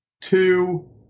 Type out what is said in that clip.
two